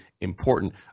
important